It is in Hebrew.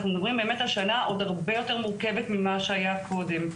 אנחנו מדברים על שנה עוד הרבה יותר מורכבת ממה שהיה קודם.